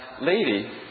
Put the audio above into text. lady